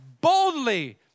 boldly